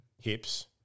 hips